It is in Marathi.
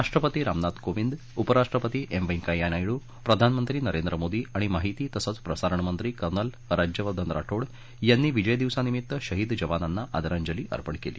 राष्ट्रपती रामनाथ कोविंद उपराष्ट्रपती एम वैंकय्या नायडू प्रधानमंत्री नरेंद्र मोदी आणि माहिती तसंच प्रसारणमंत्री कर्नल राज्यवर्धन राठोड यांनी विजय दिवसानिमित्त शहीद जवानांना आदरांजली अर्पण केली